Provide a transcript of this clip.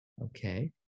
okay